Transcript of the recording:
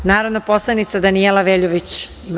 Reč ima narodna poslanica Danijela Veljović.